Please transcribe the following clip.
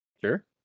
Sure